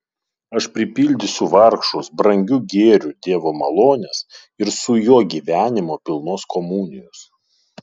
aš pripildysiu vargšus brangiu gėriu dievo malonės ir su juo gyvenimo pilnos komunijos